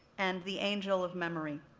and the angel of memory.